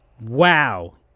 Wow